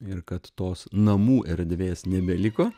ir kad tos namų erdvės nebeliko